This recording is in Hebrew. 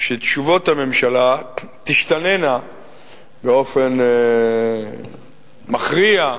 שתשובות הממשלה תשתנינה באופן מכריע,